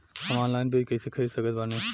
हम ऑनलाइन बीज कइसे खरीद सकत बानी?